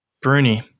Bruni